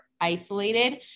isolated